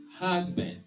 husband